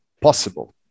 possible